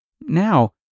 now